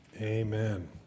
Amen